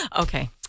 Okay